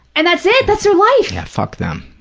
and that's it. that's their life. yeah, fuck them.